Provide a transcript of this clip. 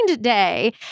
day